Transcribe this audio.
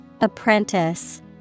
Apprentice